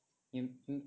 mmhmm